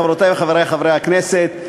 חברותי וחברי חברי הכנסת,